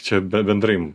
čia bendrai